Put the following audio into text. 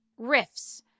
riffs